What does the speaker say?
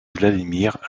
vladimir